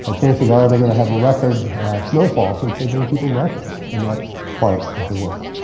ah chances are they're gonna have a record snowfall since they've been keeping records in that part of the world.